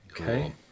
Okay